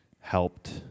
helped